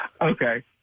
Okay